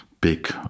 big